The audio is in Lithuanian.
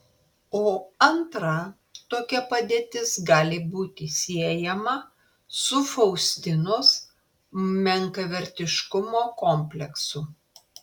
o antra tokia padėtis gali būti siejama su faustinos menkavertiškumo kompleksu